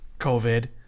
COVID